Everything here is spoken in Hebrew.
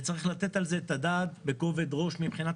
וצריך לתת על זה את הדעת בכובד ראש מבחינת